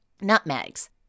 nutmegs